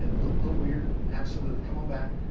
ah little weird. absolutely. come on back.